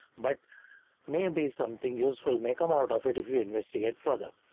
but maybe something useful may come out of it. if you investigate further.